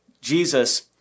Jesus